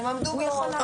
הם עמדו בהוראות החוק.